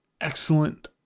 Excellent